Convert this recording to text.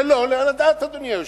זה לא עולה על הדעת, אדוני היושב-ראש.